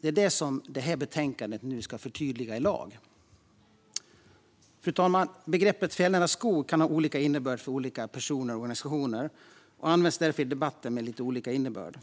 är det som detta betänkande nu ska förtydliga i lag. Fru talman! Begreppet fjällnära skog kan ha olika innebörd för olika personer och organisationer och används därför i debatten med olika innebörd.